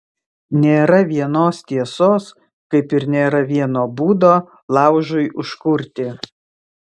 nėra vienos tiesos kaip ir nėra vieno būdo laužui užkurti